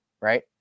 Right